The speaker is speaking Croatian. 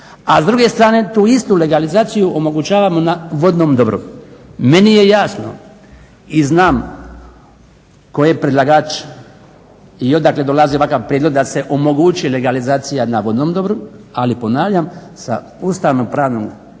a s druge strane tu istu legalizaciju omogućavamo na vodnom dobru. Meni je jasno i znam tko je predlagač i odakle dolazi ovakav prijedlog da se omogući legalizacija na vodnom dobru, ali ponavljam sa ustavno-pravnog